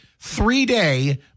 three-day